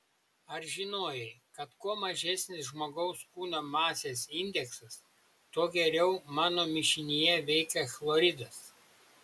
ar žinojai kad kuo mažesnis žmogaus kūno masės indeksas tuo geriau mano mišinyje veikia chloridas